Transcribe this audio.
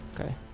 Okay